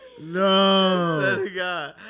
No